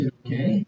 okay